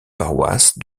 paroisse